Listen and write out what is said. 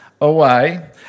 away